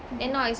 mmhmm